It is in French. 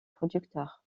producteurs